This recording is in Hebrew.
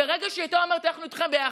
וברגע שהיא הייתה אומרת: אנחנו איתכם ביחד,